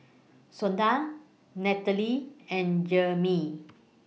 Shonda and Jerimy